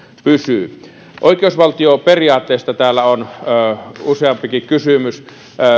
pysyy oikeusvaltioperiaatteesta täällä on ollut useampikin kysymys